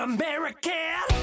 American